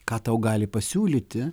ką tau gali pasiūlyti